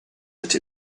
that